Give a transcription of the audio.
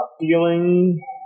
feeling